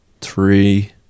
three